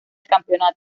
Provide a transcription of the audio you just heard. campeonato